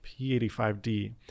P85D